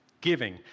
giving